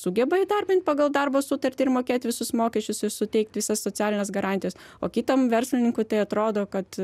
sugeba įdarbint pagal darbo sutartį ir mokėti visus mokesčius ir suteikti visas socialines garantijas o kitam verslininkui tai atrodo kad